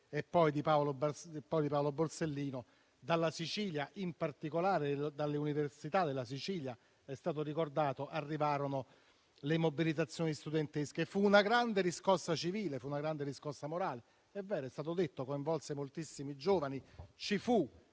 e poi di Paolo Borsellino, dalla Sicilia in particolare e dalle università della Sicilia - com'è stato ricordato - arrivarono le mobilitazioni studentesche. Fu una grande riscossa civile e morale - com'è stato detto - che coinvolse moltissimi giovani. Ci fu